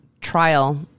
trial